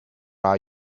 are